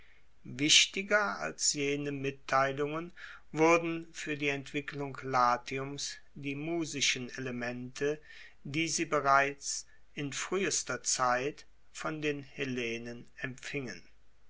wichtiger als jene mitteilungen wurden fuer die entwicklung latiums die musischen elemente die sie bereits in fruehester zeit von den hellenen empfingen